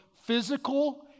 physical